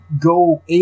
go